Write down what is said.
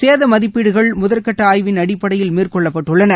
சேத மதிப்பீடுகள் முதற்கட்ட ஆய்வின் அடிப்படையில் மேற்கொள்ளப்பட்டுள்ளன